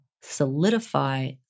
solidify